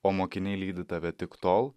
o mokiniai lydi tave tik tol